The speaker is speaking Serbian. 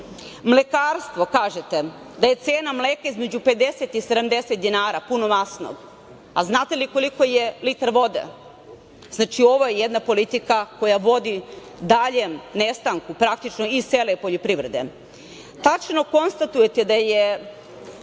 uništen. Mlekarstvo, kažete da je cena mleka između 50 i 70 dinara, punomasnog. Znate li koliko je litar vode? Znači, ovo je jedna politika koja vodi daljem nestanku, praktično iz cele poljoprivrede. Tačno konstatujete da je